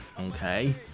Okay